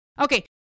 Okay